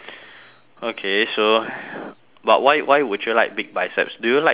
okay so but why why would you like big biceps do you like those